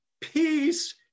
Peace